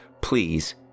Please